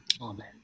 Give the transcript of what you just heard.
Amen